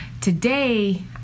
Today